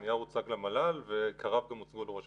הנייר הוצג למל"ל, ועיקריו גם הוצגו לראש הממשלה.